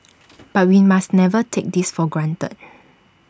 but we must never take this for granted